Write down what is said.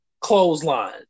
clothesline